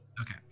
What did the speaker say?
Okay